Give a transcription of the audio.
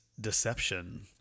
deception